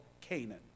Canaan